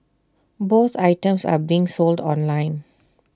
both items are being sold online